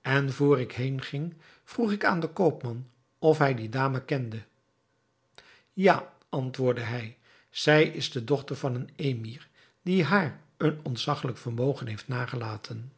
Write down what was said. en vr ik heen ging vroeg ik aan den koopman of hij die dame kende ja antwoordde hij zij is de dochter van een emir die haar een ontzaggelijk vermogen heeft nagelaten